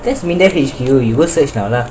that's MINDEF H_Q you go search now lah